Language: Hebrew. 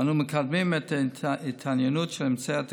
ואנו מקדמים את ההתעניינות של אמצעי